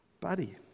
Buddy